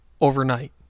overnight